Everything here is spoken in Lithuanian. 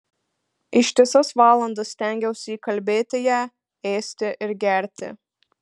ištisas valandas stengiausi įkalbėti ją ėsti ir gerti